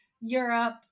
Europe